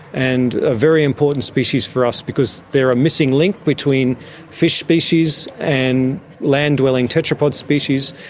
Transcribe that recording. and a very important species for us because they are a missing link between fish species and land dwelling tetrapod species,